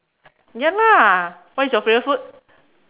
ya lah what is your favourite food